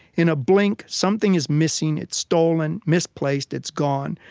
in a blink, something is missing. it's stolen, misplaced, it's gone.